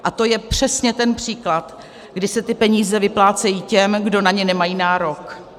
A to je přesně ten příklad, kdy se ty peníze vyplácejí těm, kdo na ně nemají nárok.